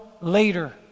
later